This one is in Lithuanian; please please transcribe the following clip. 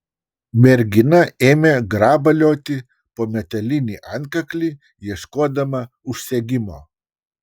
mergina ėmė grabalioti po metalinį antkaklį ieškodama užsegimo